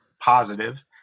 positive